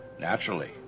naturally